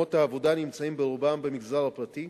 מקומות העבודה נמצאים ברובם במגזר הפרטי,